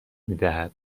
میدهد